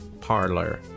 parlor